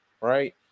Right